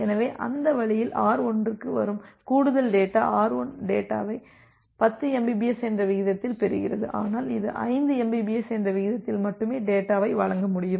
எனவே அந்த வழியில் R1 க்கு வரும் கூடுதல் டேட்டா R1 டேட்டாவை 10 mbps என்ற விகிதத்தில் பெறுகிறது ஆனால் இது 5 mbps என்ற விகிதத்தில் மட்டுமே டேட்டாவை வழங்க முடியும்